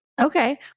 Okay